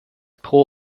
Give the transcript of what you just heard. pro